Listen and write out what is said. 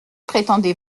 prétendez